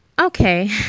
Okay